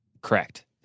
Correct